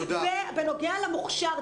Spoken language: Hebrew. בנוגע למוכשר.